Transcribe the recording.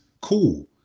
cool